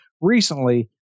recently